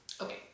Okay